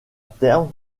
terme